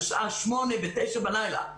לשעה שמונה ותשע בלילה.